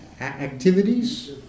activities